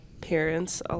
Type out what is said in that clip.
parents